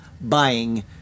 buying